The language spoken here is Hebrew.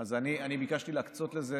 להקצות לזה